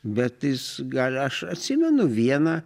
bet jis gali aš atsimenu vieną